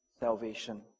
salvation